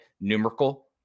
numerical